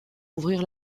ouvrir